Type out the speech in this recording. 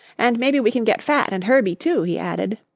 and maybe we can get fat and herbie, too, he added.